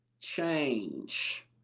change